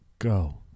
go